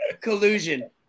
Collusion